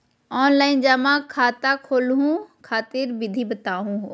Online जमा खाता खोलहु खातिर विधि बताहु हो?